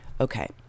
okay